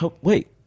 Wait